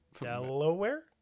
Delaware